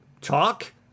talk